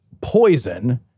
poison